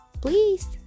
please